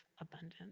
abundance